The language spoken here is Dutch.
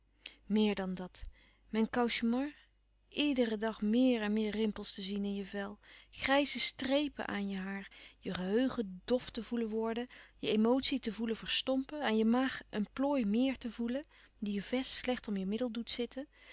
meer dan dat mijn cauchemar iederen dag meer en meer rimpels te zien in je vel grijze strepen aan je haar je geheugen dof te voelen worden je emotie te voelen verstompen aan je maag een plooi meer te voelen die je vest slecht om je middel doet zitten